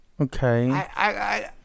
Okay